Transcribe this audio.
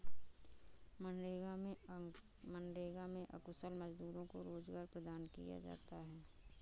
मनरेगा में अकुशल मजदूरों को रोजगार प्रदान किया जाता है